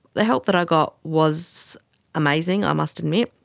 the help that i got was amazing, i must admit,